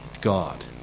God